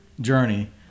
journey